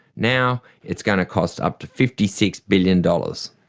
now it's going to cost up to fifty six billion dollars.